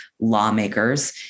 lawmakers